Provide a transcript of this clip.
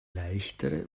leichtere